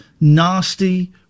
nasty